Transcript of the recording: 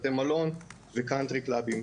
בתי מלון וקאנטרי קלאבים.